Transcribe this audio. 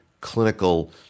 clinical